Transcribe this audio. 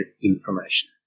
information